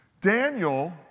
Daniel